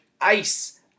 ice